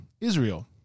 Israel